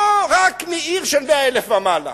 רק בעיר של 100,000 ומעלה.